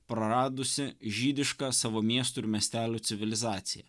praradusi žydišką savo miestų ir miestelių civilizaciją